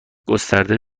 گستره